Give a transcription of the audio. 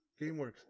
GameWorks